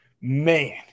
man